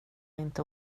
inte